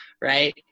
right